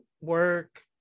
work